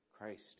Christ